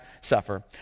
suffer